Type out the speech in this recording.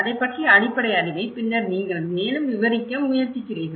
அதைப் பற்றிய அடிப்படை அறிவை பின்னர் நீங்கள் மேலும் விவரிக்க முயற்சிக்கிறீர்கள்